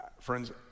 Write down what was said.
Friends